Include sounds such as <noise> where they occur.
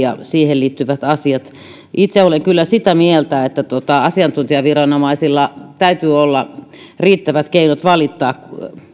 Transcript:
<unintelligible> ja siihen liittyvät asiat itse olen kyllä sitä mieltä että asiantuntijaviranomaisilla täytyy olla riittävät keinot valittaa